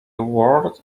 world